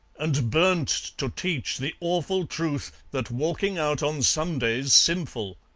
and burnt to teach the awful truth, that walking out on sunday's sinful.